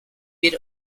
bir